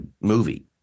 movie